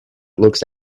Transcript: looks